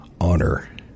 honor